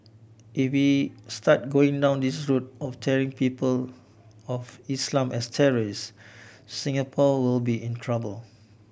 if we start going down this is route of tarring people of Islam as terrorists Singapore will be in trouble